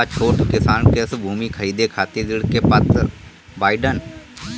का छोट किसान कृषि भूमि खरीदे खातिर ऋण के पात्र बाडन?